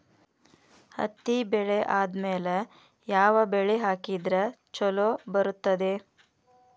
ಹತ್ತಿ ಬೆಳೆ ಆದ್ಮೇಲ ಯಾವ ಬೆಳಿ ಹಾಕಿದ್ರ ಛಲೋ ಬರುತ್ತದೆ?